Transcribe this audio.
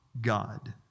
God